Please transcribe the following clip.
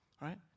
right